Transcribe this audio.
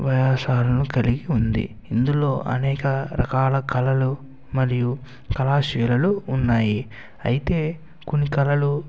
వ్యాసాలను కలిగి ఉంది ఇందులో అనేక రకాల కలలు మరియు కళాశైలులు ఉన్నాయి అయితే కొన్ని కళలు